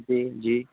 જી જી